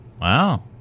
Wow